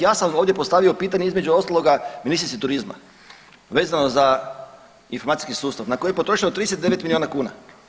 Ja sam ovdje postavio pitanje između ostaloga ministrici turizma vezano za informacijski sustav na koji je potrošeno 39 milijuna kuna.